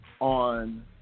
on